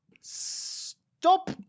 stop